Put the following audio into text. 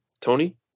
Tony